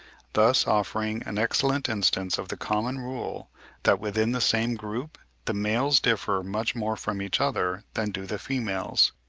thus offering an excellent instance of the common rule that within the same group the males differ much more from each other than do the females.